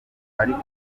ariko